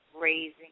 raising